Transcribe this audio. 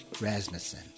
Rasmussen